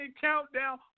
Countdown